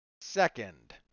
Second